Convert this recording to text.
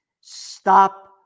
stop